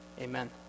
Amen